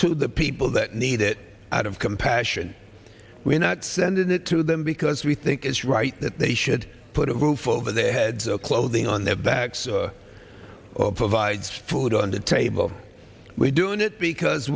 to the people that need it out of compassion we're not sending it to them because we think it's right that they should put a roof over their heads or clothing on their backs or provides food on the table we're doing it because